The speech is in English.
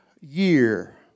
year